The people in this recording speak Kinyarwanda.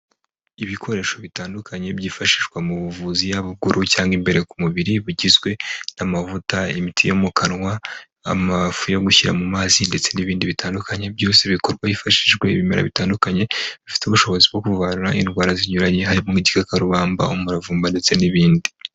Ibikoresho bitandukanye byifashishwa mu buvuzi yaba inyuma cyangwa imbere ku mubiri. Bugizwe n'amavuta, imiti yo mu kanwa, amafu yo gushyira mu mazi, ndetse n'ibindi bitandukanye. Byose bikorwa hifashishijwe ibimera bitandukanye bifite ubushobozi bwo kugura indwara zinyuranye, harimo igikakarubamba, umuravumba ndetse n'ibindi.